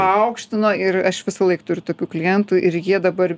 aukštino ir aš visąlaik turiu tokių klientų ir jie dabar